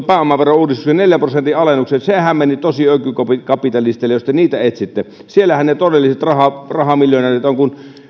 pääomaverouudistukseen neljän prosentin alennuksen sehän meni tosi ökykapitalisteille jos te niitä etsitte siellähän ne todelliset rahamiljonäärit ovat kun